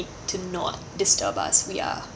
to not disturb us we are